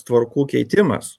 tvarkų keitimas